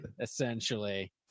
essentially